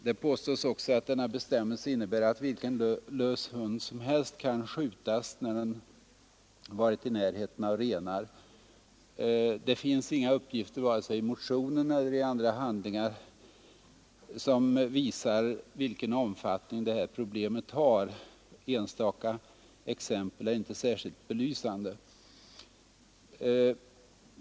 Det påstås också att denna bestämmelse innebär att vilken lös hund som helst kan skjutas när den varit i närheten av renar. Det finns inga uppgifter, vare sig i motionen eller andra handlingar, som visar vilken omfattning det här problemet har. Enstaka exempel är inte särskilt belysande.